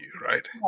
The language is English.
right